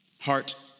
heart